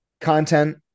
content